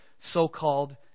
so-called